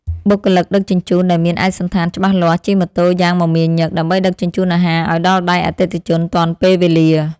បុគ្គលិកដឹកជញ្ជូនដែលមានឯកសណ្ឋានច្បាស់លាស់ជិះម៉ូតូយ៉ាងមមាញឹក ដើម្បីដឹកជញ្ជូនអាហារឱ្យដល់ដៃអតិថិជនទាន់ពេលវេលា។